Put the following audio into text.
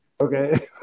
Okay